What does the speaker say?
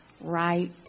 right